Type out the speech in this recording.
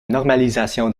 normalisation